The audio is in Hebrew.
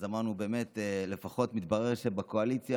אז אמרנו שבאמת לפחות מתברר שבקואליציה